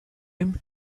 him